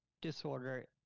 disorder